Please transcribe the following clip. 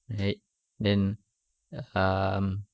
like then um